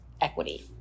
equity